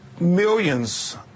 millions